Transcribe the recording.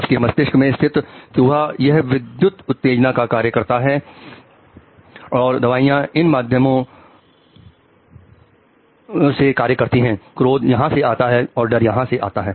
आपके मस्तिष्क में स्थित चूहा यह विद्युत उत्तेजना का कार्य करता है और दवाइयां इन के माध्यम से कार्य करती हैं क्रोध यहां से आता है और डर यहां से आता है